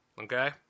Okay